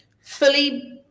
Fully